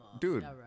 Dude